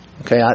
Okay